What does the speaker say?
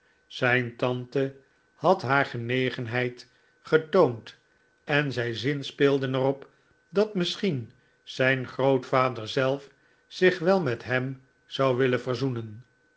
zijn tante had haar genegenheid getoond en zij zinspeelden er op dat misschien zijn grootvader zelf zich wcl met hem zou willen verzoenen